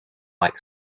might